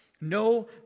No